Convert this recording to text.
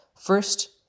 First